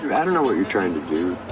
yeah don't know what you're trying to do.